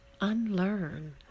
unlearn